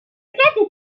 retraite